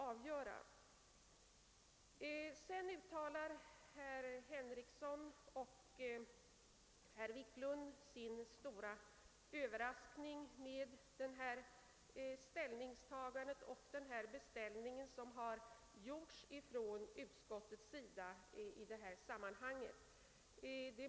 Herr Henrikson och herr Wiklund i Stockholm uttalade sin stora överraskning över det ställningstagande och den beställning som utskottet har gjort i detta sammanhang.